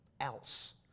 else